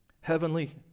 heavenly